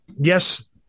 yes